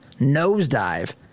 nosedive